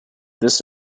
this